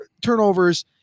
turnovers